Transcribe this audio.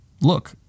look